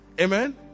Amen